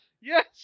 Yes